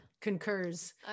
concurs